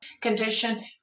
condition